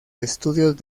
estudios